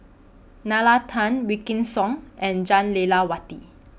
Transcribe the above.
Nalla Tan Wykidd Song and Jah Lelawati